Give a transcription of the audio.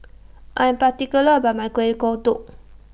I'm particular about My Kuih Kodok